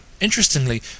interestingly